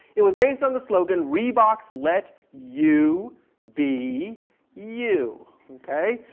it was based on the slogan, reeboks let you be you, okay.